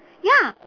ya